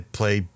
play